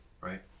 Right